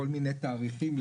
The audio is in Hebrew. כל מיני תאריכים,